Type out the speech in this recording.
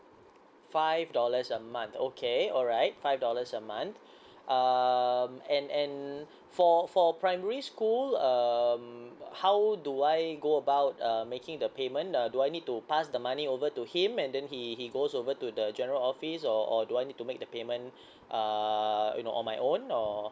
five dollars a month okay alright five dollars a month um and and for for primary school um how do I go about uh making the payment uh do I need to pass the money over to him and then he he goes over to the general office or or do I need to make the payment err you know on my own or